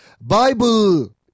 Bible